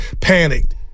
panicked